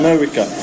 America